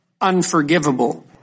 unforgivable